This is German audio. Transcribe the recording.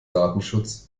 datenschutz